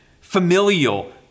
familial